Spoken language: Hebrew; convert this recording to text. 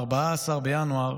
ב-14 בינואר